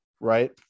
right